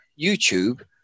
YouTube